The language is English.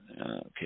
Okay